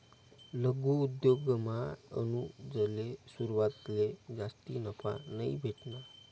लघु उद्योगमा अनुजले सुरवातले जास्ती नफा नयी भेटना